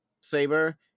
Saber